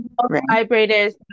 vibrators